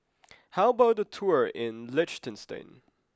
how about a tour in Liechtenstein